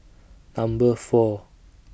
Number four